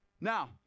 now